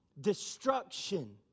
destruction